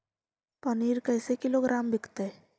पनिर कैसे किलोग्राम विकतै?